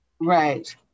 Right